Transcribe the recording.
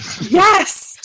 yes